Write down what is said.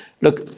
Look